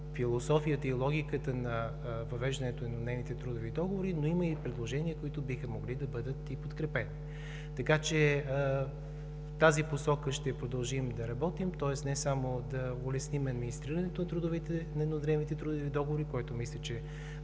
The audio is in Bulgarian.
философията и логиката на въвеждането на еднодневните трудови договори, но има и предложения, които биха могли да бъдат и подкрепени. Така че в тази посока ще продължим да работим, тоест не само да улесним администрирането на еднодневните трудови договори, което мисля, че